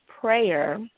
prayer